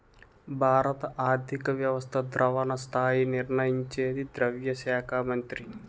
భారత ఆర్థిక వ్యవస్థ ద్రవణ స్థాయి నిర్ణయించేది ద్రవ్య శాఖ మంత్రి